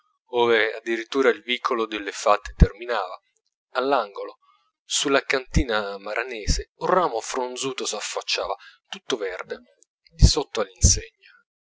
ove addirittura il vicolo delle fate terminava all'angolo sulla cantina maranese un ramo fronzuto s'affacciava tutto verde di sotto all'insegna